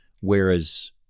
whereas